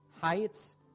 heights